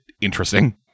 interesting